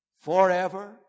forever